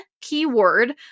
keyword